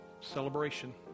celebration